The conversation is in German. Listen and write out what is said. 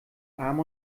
arm